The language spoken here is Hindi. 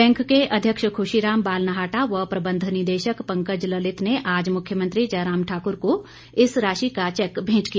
बैंक के अध्यक्ष खुशी राम बालनाटाह व प्रबंध निदेशक पंकज ललित ने आज मुख्यमंत्री जयराम ठाकुर को इस राशि का चैक भेंट किया